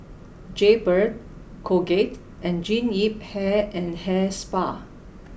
Jaybird Colgate and Jean Yip Hair and Hair Spa